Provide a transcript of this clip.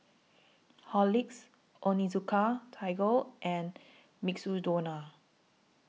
Horlicks Onitsuka Tiger and Mukshidonna